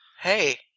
Hey